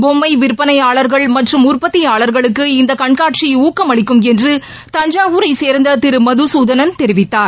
பொம்மை விற்பனையாளர்கள் மற்றும் உற்பத்தியாளர்களுக்கு இந்த கண்காட்சி ஊக்கம் அளிக்கும் என்று தஞ்சாவூரைச் சேர்ந்த திரு மதுசூதனன் தெரிவித்தார்